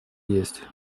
есть